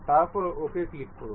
তারপরে OK click করুন